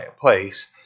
place